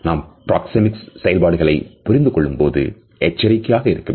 நாம் பிராக்சேமிக்ஸ் செயல்பாடுகளைப் புரிந்து கொள்ளும்போது எச்சரிக்கையாக இருக்க வேண்டும்